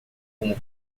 como